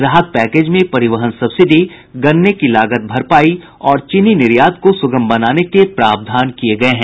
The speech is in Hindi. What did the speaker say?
राहत पैकेज में परिवहन सब्सिडी गन्ने की लागत भरपाई और चीनी निर्यात को सुगम बनाने के प्रावधान किये गये हैं